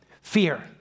Fear